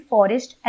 Forest